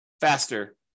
faster